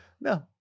No